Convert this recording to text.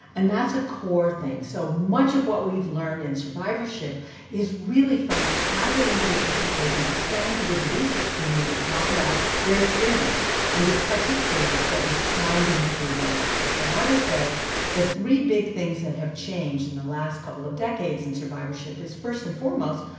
and that's a core thing, so much of what we've learned in survivorship is really from the time that the individuals have taken to spend with the research community to talk about their experience and to participate in studies trying to improve that outcomes. and i would say the three big things that have changed in the last couple of decades in survivorship is, first and foremost,